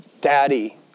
Daddy